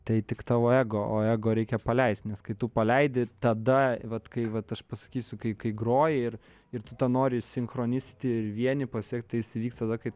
tai tik tavo ego o ego reikia paleist nes kai tu paleidi tada vat kai vat aš pasakysiu kai kai groji ir ir tu to nori sinchronisti ir vienį pasiekt tai jis įvyks tada kai